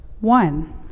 one